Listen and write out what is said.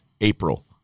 April